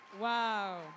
Wow